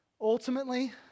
Ultimately